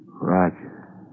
Roger